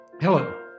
Hello